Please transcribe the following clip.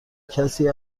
کسی